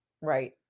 Right